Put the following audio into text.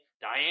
Diane